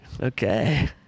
okay